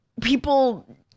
people